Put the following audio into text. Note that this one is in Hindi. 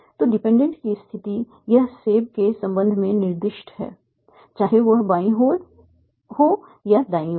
तो डिपेंडेंट की स्थिति यह हेड के संबंध में निर्दिष्ट है चाहे वह बाईं ओर हो या दाईं ओर